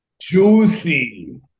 Juicy